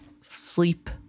sleep